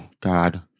God